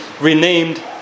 renamed